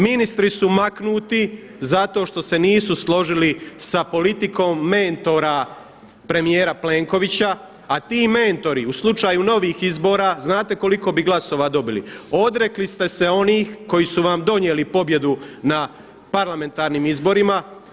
Ministri su maknuti zato što se nisu složili sa politikom mentora premijera Plenkovića, a ti mentori u slučaju novih izbora znate koliko bi glasova dobili, odrekli ste se onih koji su vam donijeli pobjedu na parlamentarnim izborima.